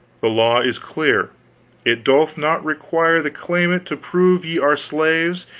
the law is clear it doth not require the claimant to prove ye are slaves,